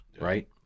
right